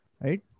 Right